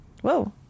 whoa